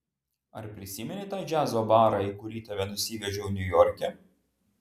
ar prisimeni tą džiazo barą į kurį tave nusivedžiau niujorke